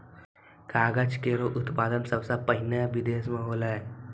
कागज केरो उत्पादन सबसें पहिने बिदेस म होलै